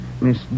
Miss